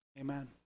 Amen